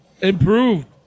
improved